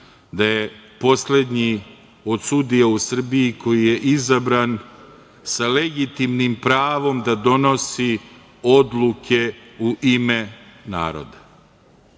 gde je poslednji od sudija u Srbiji koji je izabran sa legitimnim pravom da donosi odluke u ime naroda,